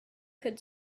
could